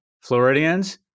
Floridians